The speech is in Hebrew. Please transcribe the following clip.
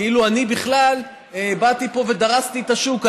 כאילו אני בכלל באתי פה ודרסתי את השוק.